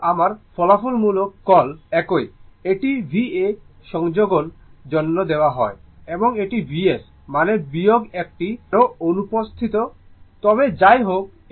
সুতরাং আমার ফলাফলমূলক কল একই এটি v a সংযোজনের জন্য দেওয়া হয় এবং এখানে Vs মানে বিয়োগ একটি অ্যারো অনুপস্থিত তবে যাই হোক এটি Vs